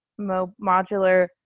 modular